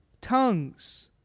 tongues